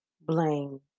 blame